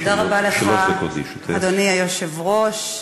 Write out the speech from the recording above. תודה רבה לך, אדוני היושב-ראש.